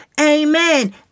Amen